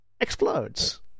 explodes